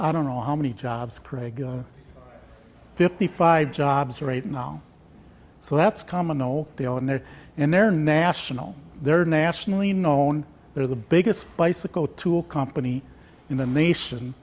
i don't know how many jobs craig fifty five jobs are right now so that's common no they are in there and they're national they're nationally known they're the biggest bicycle tool company in the nation